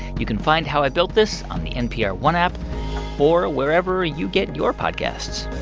you can find how i built this on the npr one app or wherever you get your podcasts